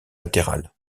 latéral